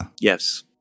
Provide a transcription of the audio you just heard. Yes